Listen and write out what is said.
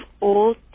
old